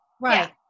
right